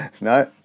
No